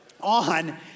on